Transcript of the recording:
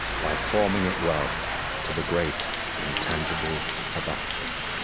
by forming it well to the great intangibles about us.